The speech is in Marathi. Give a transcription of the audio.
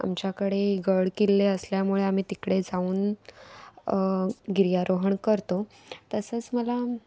आमच्याकडे गड किल्ले असल्यामुळे आम्ही तिकडे जाऊन गिर्यारोहण करतो तसंच मला